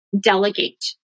delegate